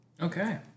Okay